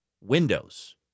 windows